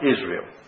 Israel